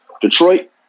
Detroit